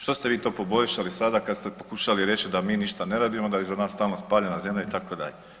Što ste vi to poboljšali sada kad ste pokušali reći da mi ništa ne radimo, da je iza nas stalno spaljena zemlja itd.